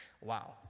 Wow